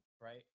Right